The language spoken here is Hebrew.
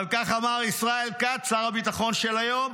אבל כך אמר ישראל כץ, שר הביטחון של היום: